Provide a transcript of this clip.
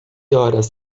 horas